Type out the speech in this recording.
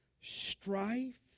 strife